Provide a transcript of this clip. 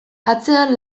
atzean